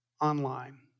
online